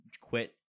quit